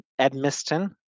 Edmiston